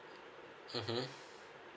mmhmm